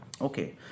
Okay